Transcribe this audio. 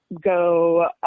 go